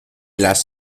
las